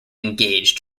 engaged